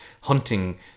hunting